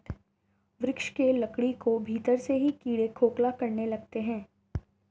वृक्ष के लकड़ी को भीतर से ही कीड़े खोखला करने लगते हैं